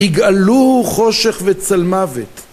יגאלו חושך וצל מוות